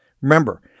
Remember